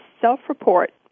self-report